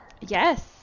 Yes